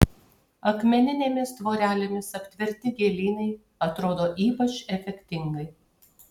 akmeninėmis tvorelėmis aptverti gėlynai atrodo ypač efektingai